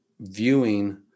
viewing